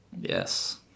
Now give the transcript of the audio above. Yes